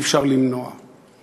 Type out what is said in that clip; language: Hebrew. אי-אפשר למנוע ממנו.